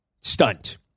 stunt